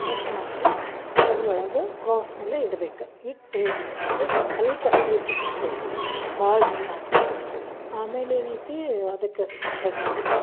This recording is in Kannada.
ಕಟ್ ಮಾಡಿ ಅದರ ಒಳಗೆ ಕ್ರಾಸ್ ಮೇಲೆ ಇಡಬೇಕು ಇಟ್ಟು ಏನ್ಮಾಡಬೇಕು ಒಂದು ಸ್ವಲ್ಪ ನೀರು ಚುಮುಟಿಸಬೇಕು ಭಾಳ ನೀರು ಹಾಕ್ಬಾರದು ಆಮೇಲೆ ಏನೈತಿ ಅದಕ್ಕ ಸಗ್ಣಿ